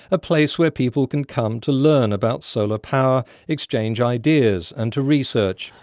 a place where people can come to learn about solar power, exchange ideas and to research.